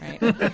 right